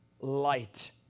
light